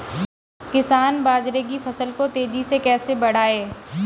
किसान बाजरे की फसल को तेजी से कैसे बढ़ाएँ?